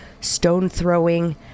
stone-throwing